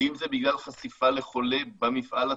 ואם זה בגלל חשיפה לחולה במפעל עצמו,